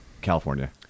California